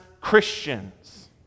Christians